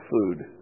food